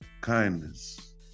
kindness